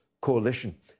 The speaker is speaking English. coalition